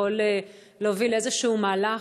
יכול להוביל איזשהו מהלך,